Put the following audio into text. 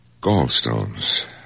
Gallstones